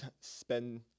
spend –